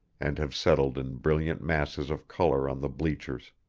and have settled in brilliant masses of color on the bleachers.